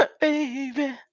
Baby